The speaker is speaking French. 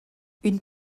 une